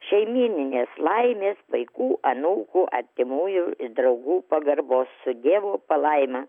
šeimyninės laimės vaikų anūkų artimųjų draugų pagarbos su dievo palaima